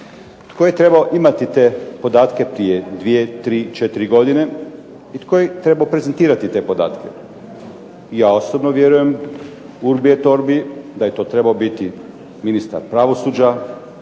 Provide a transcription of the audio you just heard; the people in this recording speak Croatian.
tko je trebao imati te podatke prije 2, 3, 4 godine i tko je trebao prezentirati te podatke? Ja osobno vjerujem urbi et orbi da je to trebao biti ministar pravosuđa,